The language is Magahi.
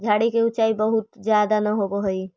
झाड़ि के ऊँचाई बहुत ज्यादा न होवऽ हई